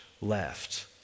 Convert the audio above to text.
left